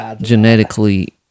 genetically